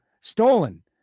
stolen